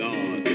God